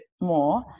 more